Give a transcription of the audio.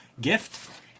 gift